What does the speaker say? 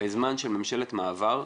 בזמן של ממשלת מעבר,